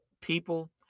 people